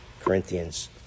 Corinthians